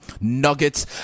nuggets